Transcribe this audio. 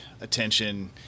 attention